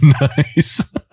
Nice